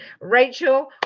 Rachel